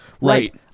right